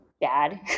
bad